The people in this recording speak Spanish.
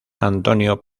antonio